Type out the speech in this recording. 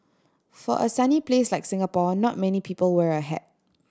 for a sunny place like Singapore not many people wear a hat